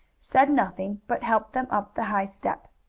said nothing, but helped them up the high step.